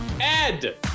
Ed